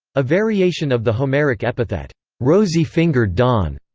a variation of the homeric epithet rosy-fingered dawn.